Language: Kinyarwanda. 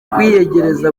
kwiyegereza